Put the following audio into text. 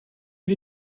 wir